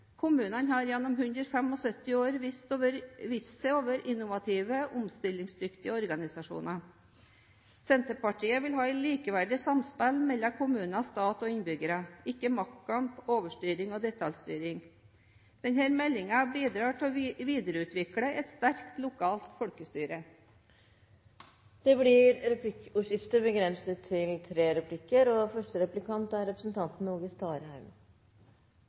Kommunene har gjennom 175 år vist seg å være innovative og omstillingsdyktige organisasjoner. Senterpartiet vil ha et likeverdig samspill mellom kommune, stat og innbyggere – ikke maktkamp, overstyring og detaljstyring. Denne meldingen bidrar til å videreutvikle et sterkt lokalt folkestyre. Det blir replikkordskifte.